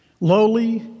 Lowly